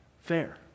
fair